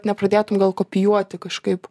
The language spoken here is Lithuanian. nepradėtum gal kopijuoti kažkaip